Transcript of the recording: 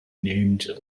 named